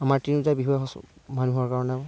আমাৰ তিনিওটা বিহুৱে মানুহৰ কাৰণে